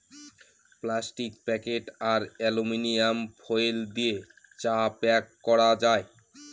plastic packet আর aluminium foil দিয়ে চা প্যাক করা যায়